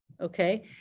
Okay